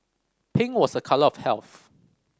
pink was a colour of health